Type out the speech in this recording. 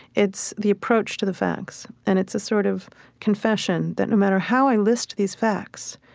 it's the approach to the facts. and it's a sort of confession that no matter how i list these facts,